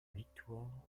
victoire